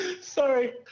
Sorry